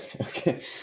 Okay